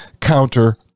counter